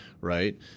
Right